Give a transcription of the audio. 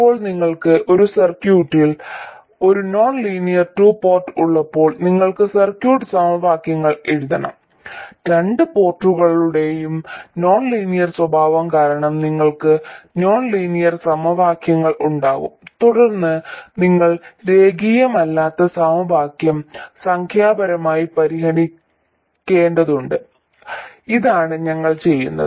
ഇപ്പോൾ നിങ്ങൾക്ക് ഒരു സർക്യൂട്ടിൽ ഒരു നോൺലീനിയർ ടു പോർട്ട് ഉള്ളപ്പോൾ നിങ്ങൾ സർക്യൂട്ട് സമവാക്യങ്ങൾ എഴുതണം രണ്ട് പോർട്ടുകളുടെയും നോൺലീനിയർ സ്വഭാവം കാരണം നിങ്ങൾക്ക് നോൺലീനിയർ സമവാക്യങ്ങൾ ഉണ്ടാകും തുടർന്ന് നിങ്ങൾ രേഖീയമല്ലാത്ത സമവാക്യം സംഖ്യാപരമായി പരിഹരിക്കേണ്ടതുണ്ട് ഇതാണ് ഞങ്ങൾ ചെയ്യുന്നത്